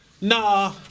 Nah